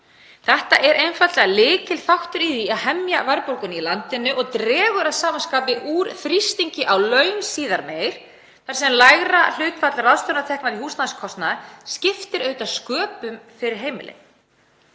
Þetta er einfaldlega lykilþáttur í að hemja verðbólguna í landinu og dregur að sama skapi úr þrýstingi á laun síðar meir þar sem lægra hlutfall ráðstöfunartekna í húsnæðiskostnað skiptir auðvitað sköpum fyrir heimilin.